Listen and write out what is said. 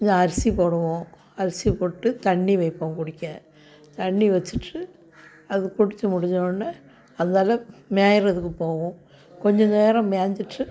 இது அரிசி போடுவோம் அரிசி போட்டு தண்ணி வைப்போம் குடிக்க தண்ணி வச்சுட்டு அது குடித்து முடித்த ஒடனே அதால மேய்றதுக்கு போகும் கொஞ்சம் நேரம் மேய்ஞ்சிட்டு